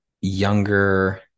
younger